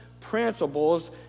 principles